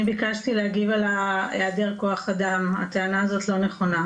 אני ביקשתי להגיב על היעדר כוח אדם - הטענה הזו לא נכונה.